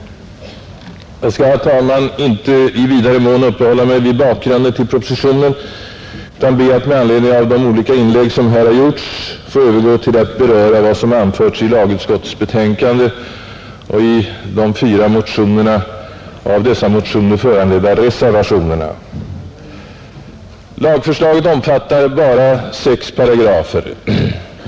Jag skall, herr talman, inte i vidare mån uppehålla mig vid bakgrunden till propositionen utan be att med anledning av de olika inlägg som här har gjorts få övergå till att beröra vad som anförts i lagutskottets betänkande och i de fyra motionerna och de av dessa motioner föranledda reservationerna, Lagförslaget omfattar bara sex paragrafer.